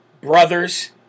brothers